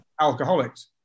alcoholics